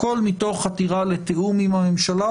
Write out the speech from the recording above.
הכול מתוך חתירה לתיאום עם הממשלה,